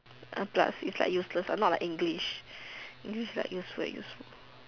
a plus is like useless not like English English is like useful and useful